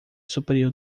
superior